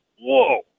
whoa